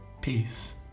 peace